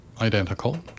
identical